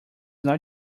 not